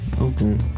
Okay